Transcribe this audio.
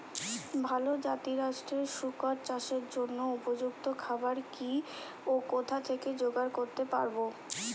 ভালো জাতিরাষ্ট্রের শুকর চাষের জন্য উপযুক্ত খাবার কি ও কোথা থেকে জোগাড় করতে পারব?